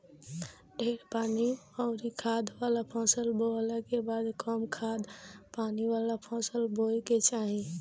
ढेर पानी अउरी खाद वाला फसल बोअला के बाद कम खाद पानी वाला फसल बोए के चाही